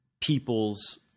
people's –